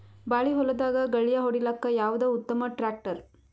ಬಾಳಿ ಹೊಲದಾಗ ಗಳ್ಯಾ ಹೊಡಿಲಾಕ್ಕ ಯಾವದ ಉತ್ತಮ ಟ್ಯಾಕ್ಟರ್?